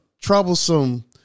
troublesome